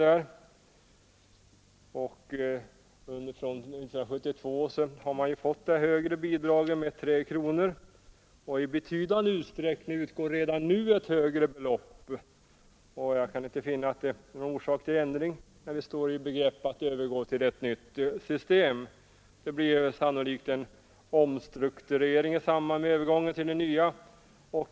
Från år 1972 har det högre bidraget med 3 kronor per mil utgått, och i betydande utsträckning utgår redan nu ett ännu högre belopp. Jag kan inte finna någon anledning till ändring när vi står i begrepp att övergå till ett nytt system. Det blir sannolikt en omstrukturering i samband med övergången till det nya.